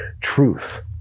truth